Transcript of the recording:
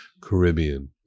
Caribbean